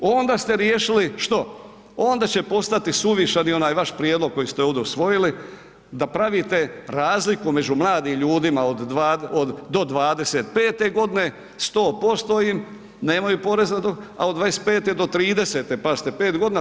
Onda ste riješili, što, onda će postati suvišan i onaj vaš prijedlog koji ste ovdje usvojili da pravite razliku među mladim ljudima od, do 25 godine 100% im nemaju porez, a od 25 do 30 pazite 5 godina 50%